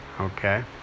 Okay